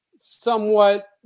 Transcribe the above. somewhat